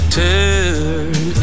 turn